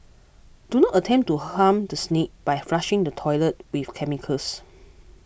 do not attempt to harm the snake by flushing the toilet with chemicals